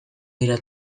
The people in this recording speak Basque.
dira